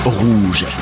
Rouge